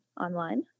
online